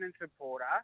supporter